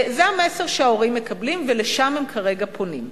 זה המסר שההורים מקבלים ולשם הם כרגע פונים.